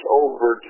over